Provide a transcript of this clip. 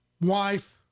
wife